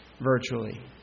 virtually